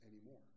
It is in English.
anymore